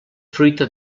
fruita